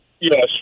Yes